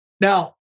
Now